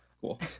Cool